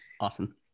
Awesome